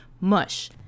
mush